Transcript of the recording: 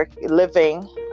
living